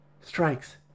Strikes